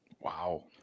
Wow